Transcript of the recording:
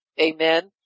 Amen